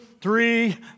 three